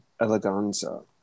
eleganza